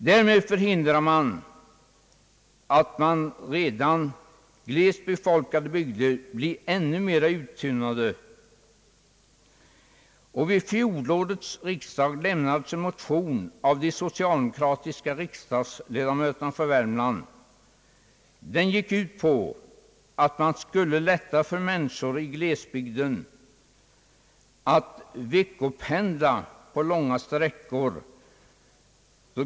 Därmed förhindrar man att redan glest befolkade bygder blir ännu mer uttunnade. Vid fjolårets riksdag lämnades en motion av de socialdemokratiska riksdagsledamöterna från Värmland. Den gick ut på att man skulle underlätta för människor i glesbygder att »veckopendla» på långa sträckor.